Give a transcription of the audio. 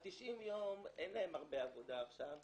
ה-90 יום, אין להם הרבה עבודה עכשיו,